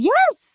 Yes